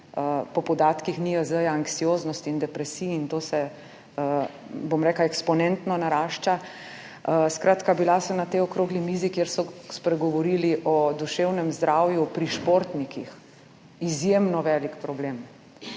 po podatkih NIJZ zlasti anksioznosti in depresiji, in to, bom rekla, eksponentno narašča. Skratka, bila sem na tej okrogli mizi, kjer so spregovorili o duševnem zdravju pri športnikih. Izjemno velik problem.